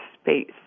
space